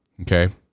Okay